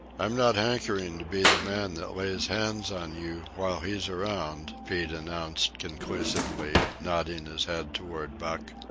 i'm not hankering to be the man that lays hands on you while he's around, pete announced conclusively, nodding his head toward buck.